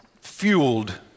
fueled